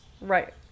Right